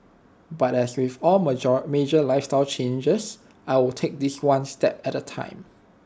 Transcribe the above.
but as with all major lifestyle changes I'll take this one step at A time